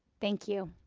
thank you.